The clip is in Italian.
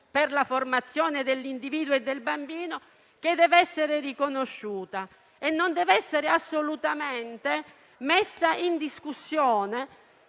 per la formazione dell'individuo e del bambino, deve essere riconosciuta e non deve essere assolutamente messa in discussione,